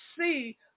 see